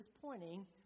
pointing